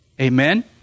Amen